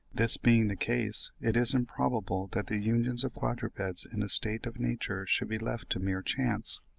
this being the case, it is improbable that the unions of quadrupeds in a state of nature should be left to mere chance.